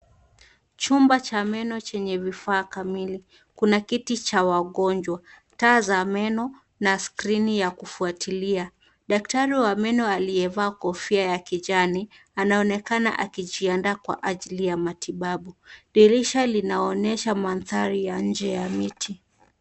Chumba cha meno chenye vifaa kamili. Kuna kiti cha wagonjwa, taa za meno na skrini ya kufwatilia. Daktari wa meno aliyevaa kofia ya kijani anaonekana akijiandaa kwa ajili ya matibabu. Dirisha linaonyesha manthari ya nje ya miti.